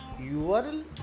URL